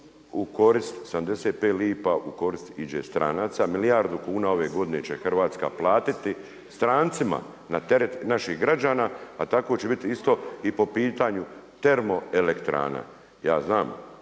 gdje je 75 lipa u korist iđe stranaca. Milijardu kuna ove godine će Hrvatska platiti strancima na teret naših građana, a tako će biti isto i po pitanju termoelektrana. Ja znam